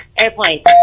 Airplane